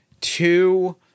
two